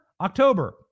October